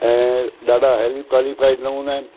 ऐं ॾाढा highly qualified न हूंदा आहिनि